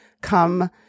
come